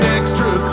extra